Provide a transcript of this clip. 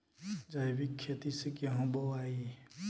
जैविक खेती से गेहूँ बोवाई